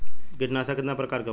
कीटनाशक कितना प्रकार के होखेला?